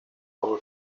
for